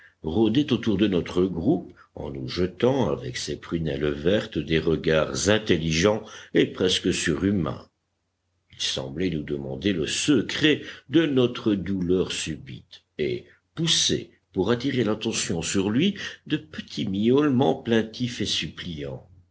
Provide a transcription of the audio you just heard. rôdait autour de notre groupe en nous jetant avec ses prunelles vertes des regards intelligents et presque surhumains il semblait nous demander le secret de notre douleur subite et poussait pour attirer l'attention sur lui de petits miaulements plaintifs et suppliants